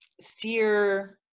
steer